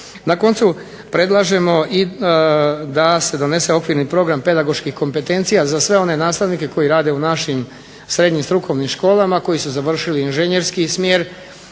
Na koncu predlažemo i da se donese okvirni program pedagoških kompetencija za sve one nastavnike koji rade u našim srednjih strukovnim školama koji su završili inženjerski smjer.